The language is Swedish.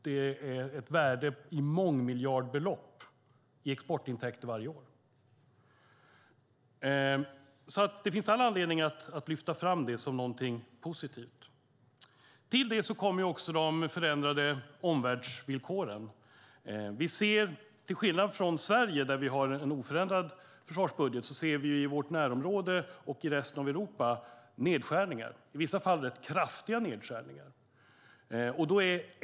Det är ett värde i mångmiljardbelopp i exportintäkter varje år, så det finns all anledning att lyfta fram det som något positivt. Till detta kommer de förändrade omvärldsvillkoren. Till skillnad från i Sverige, där vi har en oförändrad försvarsbudget, ser vi nedskärningar i vårt närområde och i resten av Europa, i vissa fall rätt kraftiga nedskärningar.